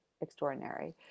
extraordinary